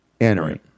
entering